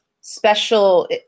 special